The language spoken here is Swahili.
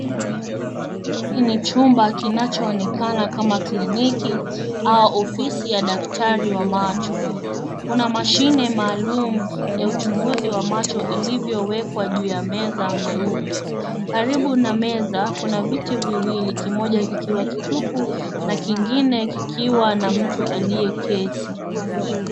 Hiki ni chumba kinachoonekana kama kliniki au ofisi ya daktari wa macho. Kuna mashine maalum ya uchunguzi wa macho ilivyowekwa juu ya meza nyeupe. Karibu na meza kuna viti viwili, kimoja kikiwa kitupu na kingine kikiwa na mtu aliyeketi.